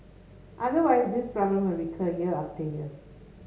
otherwise this problem will recur year after year